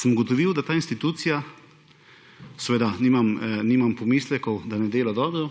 sem ugotovil, da ta institucija − nimam pomislekov, da ne dela dobro −,